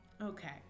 Okay